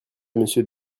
monsieur